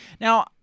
Now